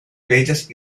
bellas